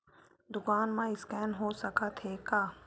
दुकान मा स्कैन हो सकत हे का?